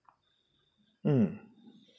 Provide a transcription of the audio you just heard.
mm